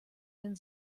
den